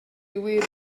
wir